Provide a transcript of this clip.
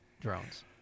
drones